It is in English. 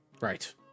Right